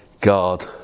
God